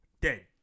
dead